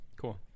cool